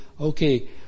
okay